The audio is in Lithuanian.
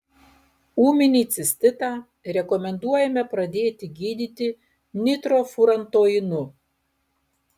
ūminį cistitą rekomenduojame pradėti gydyti nitrofurantoinu